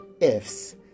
ifs